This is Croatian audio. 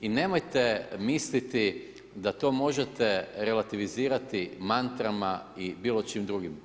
I nemojte misliti da to možete relativizirati mantrama i bilo čim drugim.